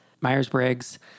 Myers-Briggs